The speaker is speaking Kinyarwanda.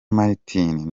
martin